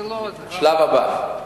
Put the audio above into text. השלב הבא: